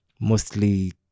mostly